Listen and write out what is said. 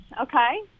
Okay